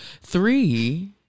three